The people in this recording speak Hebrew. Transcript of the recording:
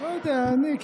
לא יודע, למה?